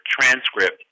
Transcript